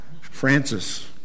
Francis